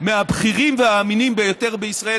מהבכירים והאמינים ביותר בישראל,